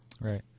right